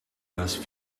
last